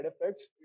effects